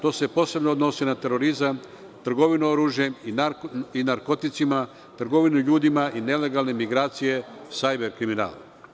To se posebno odnosi na terorizam, trgovinu oružjem i narkoticima, trgovinu ljudima i nelegalne migracije, sajber kriminal.